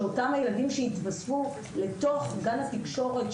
שאותם הילדים שיתווספו לתוך גן התקשורת,